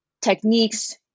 techniques